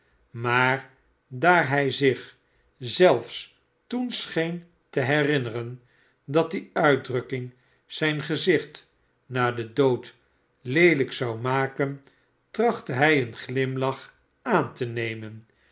maar daar hij zich zelfe toen scheen teherinneren dat die uitdrukking zijn gezicht na den dood leehjk zou pen trachtte hij een glimlach aan tenemen